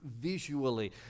visually